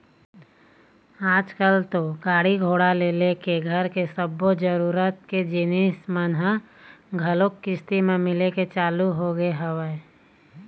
आजकल तो गाड़ी घोड़ा ले लेके घर के सब्बो जरुरत के जिनिस मन ह घलोक किस्ती म मिले के चालू होगे हवय